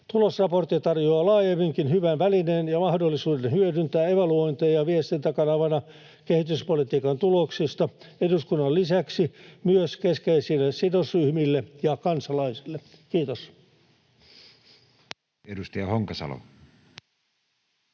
Tulosraportti tarjoaa laajemminkin hyvän välineen ja mahdollisuuden hyödyntää evaluointeja viestintäkanavana kehityspolitiikan tuloksista eduskunnan lisäksi myös keskeisille sidosryhmille ja kansalaisille. — Kiitos.